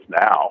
now